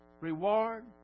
reward